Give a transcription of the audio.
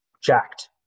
jacked